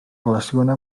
relaciona